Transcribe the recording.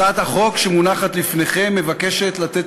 הצעת החוק שמונחת לפניכם מבקשת לתת